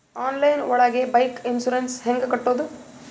Online ಒಳಗೆ bike insurance ಹ್ಯಾಂಗ್ ಕಟ್ಟುದು?